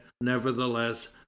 nevertheless